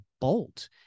bolt